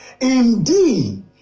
Indeed